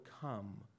come